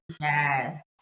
Yes